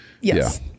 Yes